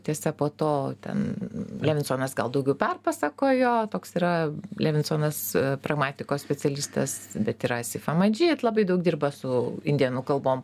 tiesa po to ten levinsonas gal daugiau perpasakojo toks yra levinsonas gramatikos specialistas bet yra sifamadžit labai daug dirba su indėnų kalbom